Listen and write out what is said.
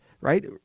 right